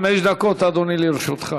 אדוני, לרשותך